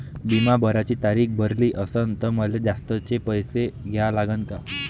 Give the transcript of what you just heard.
बिमा भराची तारीख भरली असनं त मले जास्तचे पैसे द्या लागन का?